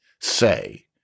say